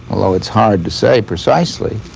although it's hard to say precisely,